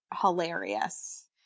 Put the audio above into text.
hilarious